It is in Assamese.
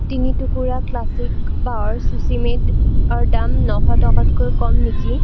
তিনি টুকুৰা ক্লাছিক বাঁহৰ চুচি মেটৰ দাম নশ টকাতকৈ কম নেকি